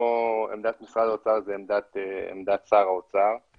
עמדת משרד האוצר זה עמדת שר האוצר,